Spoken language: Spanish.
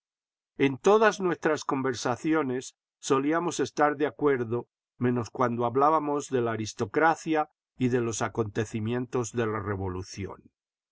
en todas nuestras conversaciones solíamos estar de acuerdo menos cuando hablábamos de la aristocracia y de los acontecimientos de la revolución